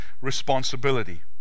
responsibility